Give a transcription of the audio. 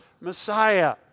Messiah